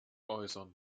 äußern